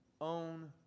own